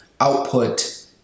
output